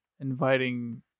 Inviting